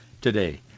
today